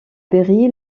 berry